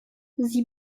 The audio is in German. sie